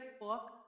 book